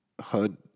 HUD